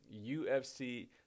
UFC